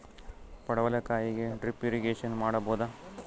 ಪಡವಲಕಾಯಿಗೆ drip irrigation ಮಾಡಬೋದ?